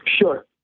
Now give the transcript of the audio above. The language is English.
Sure